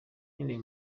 nkeneye